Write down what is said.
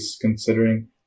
considering